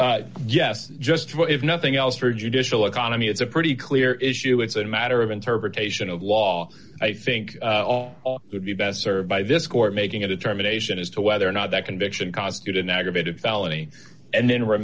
decide yes just well if nothing else for judicial economy it's a pretty clear issue it's a matter of interpretation of law i think all would be best served by this court making a determination as to whether or not that conviction costed an aggravated felony and then